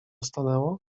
stanęło